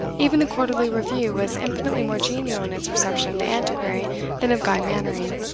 even the quarterly review was infinitely more genial in its reception of the antiquary than of guy mannering.